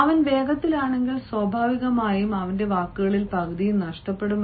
അവൻ വേഗത്തിലാണെങ്കിൽ സ്വാഭാവികമായും അവന്റെ വാക്കുകളിൽ പകുതിയും നഷ്ടപ്പെടും